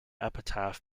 epitaph